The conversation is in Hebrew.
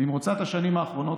במרוצת השנים האחרונות,